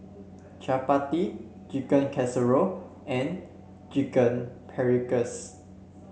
Chapati Chicken Casserole and Chicken Paprikas